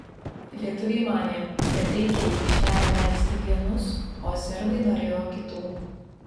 lietuviai manė kad reikia į aikštelę leisti vienus o serbai norėjo kitų